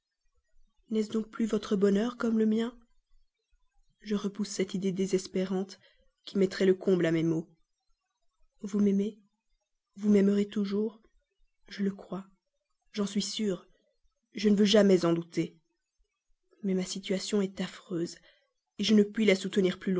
n'est-ce donc plus votre bonheur comme le mien je repousse cette idée désespérante qui mettrait le comble à mes maux vous m'aimez vous m'aimerez toujours je le crois j'en suis sûr je ne veux jamais en douter mais ma situation est affreuse je ne puis la soutenir